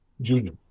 Junior